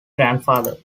grandfather